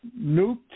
nuked